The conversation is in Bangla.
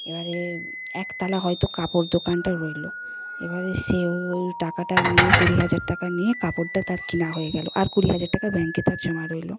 এবারে একতলায় হয়তো কাপড় দোকানটা রইলো এবারে সে ওই টাকাটা নিয়ে কুড়ি হাজার টাকা নিয়ে কাপড়টা তার কেনা হয়ে গেল আর কুড়ি হাজার টাকা ব্যাঙ্কে তার জমা রইলো